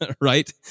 right